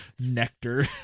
nectar